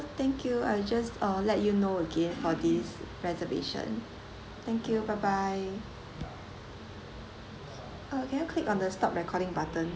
thank you I'll just uh let you know again for this reservation thank you bye bye uh can you click on the stop recording button